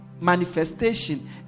manifestation